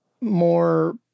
more